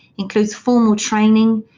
includes formal training,